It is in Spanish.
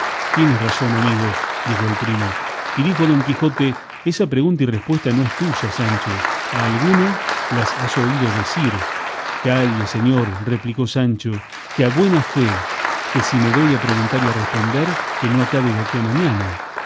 tienes razón amigo dijo el primo y dijo don quijote esa pregunta y respuesta no es tuya sancho a alguno las has oído decir calle señor replicó sancho que a buena fe que si me doy a preguntar y a responder que no acabe de aquí a mañana